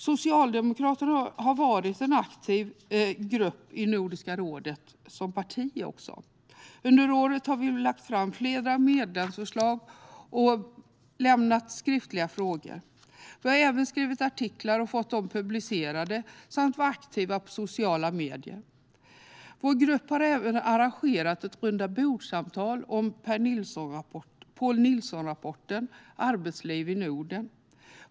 Socialdemokraterna har varit en aktiv grupp, också som parti, i Nordiska rådet. Under året har vi lagt fram flera medlemsförslag och lämnat in ett antal skriftliga frågor. Vi har även skrivit artiklar och fått dem publicerade samt varit aktiva på sociala medier. Vår grupp har arrangerat ett rundabordssamtal om Poul Nielsons rapport om arbetslivet i Norden.